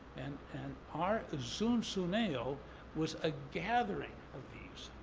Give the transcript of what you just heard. and and our zunzuneo was a gathering of these.